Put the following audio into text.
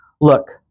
Look